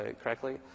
correctly